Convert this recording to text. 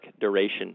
duration